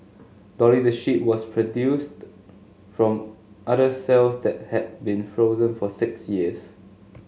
dolly the sheep was produced from udder cells that had been frozen for six years